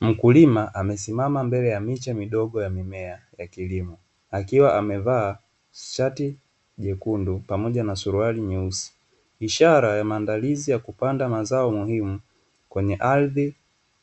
Mkulima amesimama mbele ya miche midogo ya mimea ya kilimo akiwa amevaa shati nyekundu pamoja na suruali nyeusi, ishara ya maandalizi ya kupanda mazao muhimu kwenye ardhi